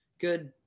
good